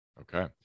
Okay